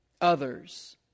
Others